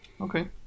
okay